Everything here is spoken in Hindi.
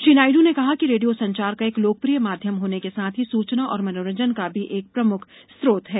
श्री नायडू ने कहा कि रेडियो संचार का एक लोकप्रिय माध्यम होने के साथ ही सूचना और मनोरंजन का भी एक प्रमुख स्रोत है